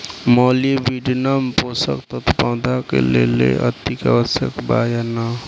Molybdenum पोषक तत्व पौधा के लेल अतिआवश्यक बा या न?